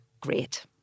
great